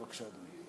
בבקשה.